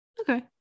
Okay